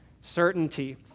certainty